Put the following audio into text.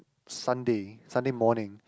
Sunday Sunday morning